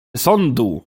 sądu